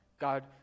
God